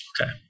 Okay